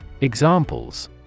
Examples